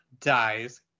dies